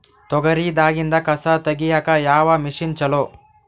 ತೊಗರಿ ದಾಗಿಂದ ಕಸಾ ತಗಿಯಕ ಯಾವ ಮಷಿನ್ ಚಲೋ?